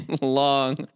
long